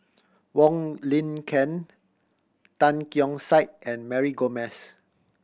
Wong Lin Ken Tan Keong Saik and Mary Gomes